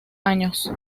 años